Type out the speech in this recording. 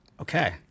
Okay